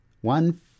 one